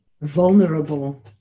vulnerable